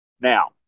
Now